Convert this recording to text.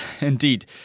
Indeed